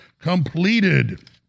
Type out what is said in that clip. completed